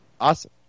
Awesome